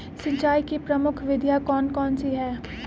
सिंचाई की प्रमुख विधियां कौन कौन सी है?